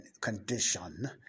condition